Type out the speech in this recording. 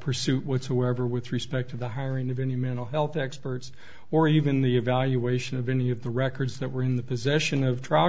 pursuit whatsoever with respect to the hiring of any mental health experts or even the evaluation of any of the records that were in the possession of